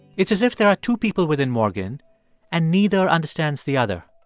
it's as if there are two people within morgan and neither understands the other.